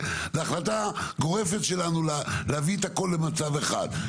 זו החלטה גורפת שלנו להביא את הכל למצב אחד.